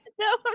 No